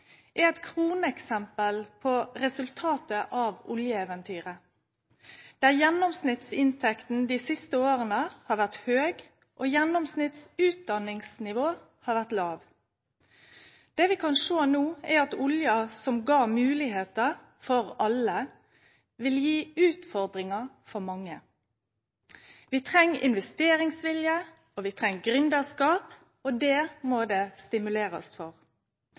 er eit kroneksempel på resultatet av oljeeventyret, der gjennomsnittsinntekta dei siste åra har vore høg, og der gjennomsnittsutdanningsnivået har vore lågt. Det vi kan sjå no, er at olja, som ga moglegheiter for alle, vil gi utfordringar for mange. Vi treng investeringsvilje og gründerskap – og det må det stimulerast